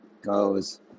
goes